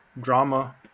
drama